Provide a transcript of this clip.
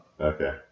okay